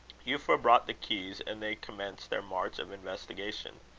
euphra brought the keys, and they commenced their march of investigation.